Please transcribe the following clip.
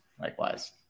Likewise